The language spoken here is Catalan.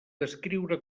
descriure